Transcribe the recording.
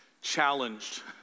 challenged